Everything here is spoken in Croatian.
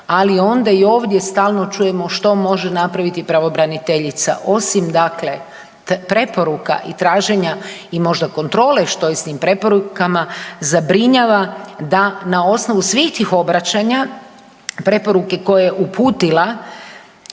ali onda i ovdje stalno čujemo što može napraviti pravobraniteljica. Osim dakle preporuka i traženja i možda kontrole što je s tim preporukama, zabrinjava da na osnovu svih tih obraćanja preporuke koje je uputila,